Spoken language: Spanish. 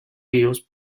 ríos